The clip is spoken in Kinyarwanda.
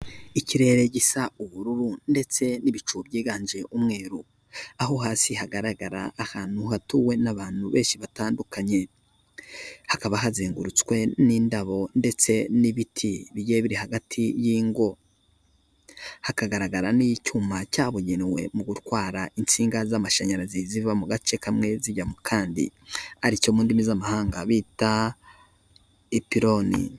Ikirere gisa ubururu ndetse n'ibicu byiganje umweru, aho hasi hagaragara ahantu hatuwe n'abantu benshi batandukanye, hakaba hazengurutswe n'indabo ndetse n'ibiti bigiye biri hagati y'ingo, hakagaragara n'icyuma cyabugenewe mu gutwara insinga z'amashanyarazi ziva mu gace kamwe zijya mu kandi, aricyo mu ndimi z'amahanga bita ipironi.